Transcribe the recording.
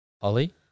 Ollie